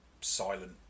silent